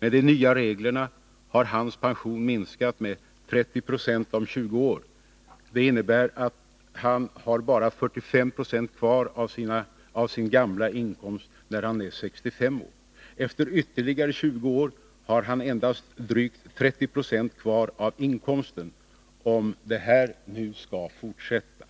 Med de nya reglerna har hans pension minskat med 30 96 om 20 år. Det innebär att han bara har 45 26 kvar av sin gamla inkomst när han är 65 år. Efter ytterligare 20 år har han endast drygt 3096 kvar av inkomsten, om detta skall fortsätta.